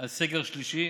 על סגר שלישי,